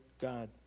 God